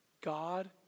God